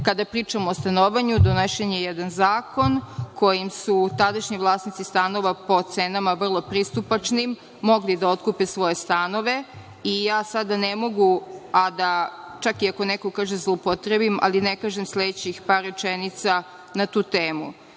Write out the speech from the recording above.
kada pričamo o stanovanju, donošen je jedan zakon kojim su tadašnji vlasnici stanovi, po cenama vrlo pristupačnim, mogli da otkupe svoje stanove i sada ne mogu, a da, čak i ako neko kaže zloupotrebim, ne kažem sledećih par rečenica na tu temu. Svi